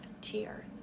tier